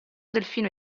delfino